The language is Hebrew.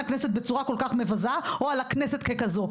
הכנסת בצורה מבזה כל כך או על הכנסת ככזו.